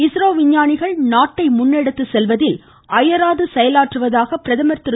இஸ்ரோ விஞ்ஞானிகள் நாட்டை முன்னெடுத்துச் செல்வதில் அயராது செயலாற்றுவதாக பிரதமர் திரு